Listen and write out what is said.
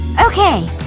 okay!